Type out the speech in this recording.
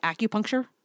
acupuncture